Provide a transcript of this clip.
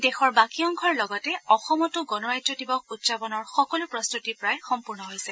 দেশৰ বাকী অংশৰ লগতে অসমতো গণৰাজ্য দিৱস উদযাপনৰ সকলো প্ৰস্ত্বতি প্ৰায় সম্পূৰ্ণ হৈছে